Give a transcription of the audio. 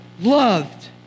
loved